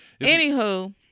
Anywho